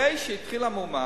אחרי שהתחילה המהומה,